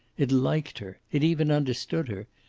it liked her. it even understood her.